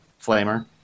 flamer